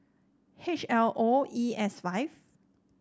H L O E S five